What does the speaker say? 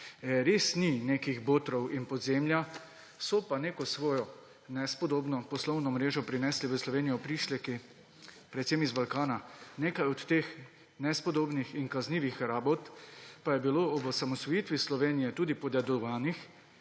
res ni nekih botrov in podzemlja, so pa neko svojo nespodobno poslovno mrežo prinesli v Slovenijo prišleki, predvsem iz Balkana. Nekaj od teh nespodobnih in kaznivih rabot pa je bilo ob osamosvojitvi Slovenije tudi podedovanih